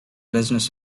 business